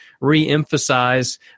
re-emphasize